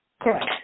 Correct